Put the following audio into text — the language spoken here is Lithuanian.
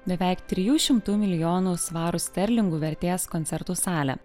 beveik trijų šimtų milijonų svarų sterlingų vertės koncertų salę